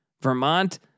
Vermont